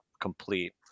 complete